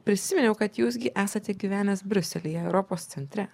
prisiminiau kad jūs gi esate gyvenęs briuselyje europos centre